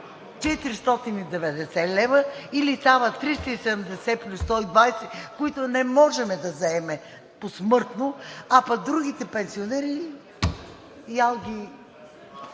490 лв. или става 370 лв. плюс 120, които не можем да вземем посмъртно, а пък другите пенсионери